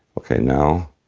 okay. now,